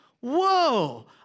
whoa